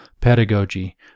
pedagogy